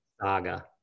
saga